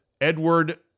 Edward